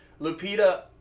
Lupita